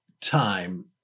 time